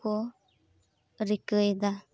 ᱠᱚ ᱨᱤᱠᱟᱹᱭᱮᱫᱟ